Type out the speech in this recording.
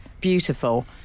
beautiful